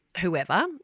whoever